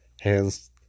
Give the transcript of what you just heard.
hands